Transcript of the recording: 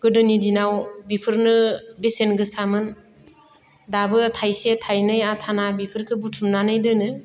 गोदोनि दिनाव बिफोरनो बेसेन गोसामोन दाबो थाइसे थाइनै आथाना बेफोरखो बुथुमनानै दोनो